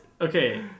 Okay